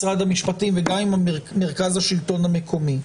משרד המשפטים וגם עם מרכז השלטון המקומי,